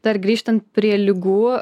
dar grįžtant prie ligų